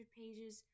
pages